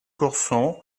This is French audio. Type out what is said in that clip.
courson